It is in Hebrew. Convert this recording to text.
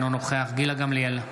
אינו נוכח גילה גמליאל,